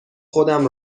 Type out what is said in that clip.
خودم